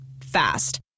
fast